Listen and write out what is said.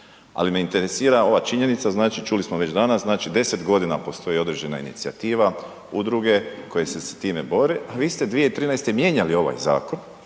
ali me interesira ova činjenica, znači luli smo već danas, znači 10 g. postoji određena inicijativa, udruge koje se s time bore, vi ste 2013. mijenjali ovaj zakon,